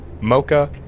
mocha